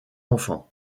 enfants